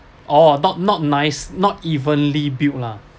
oh not not nice not evenly built lah